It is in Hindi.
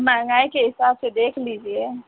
महँगाई के हिसाब से देख लीजिए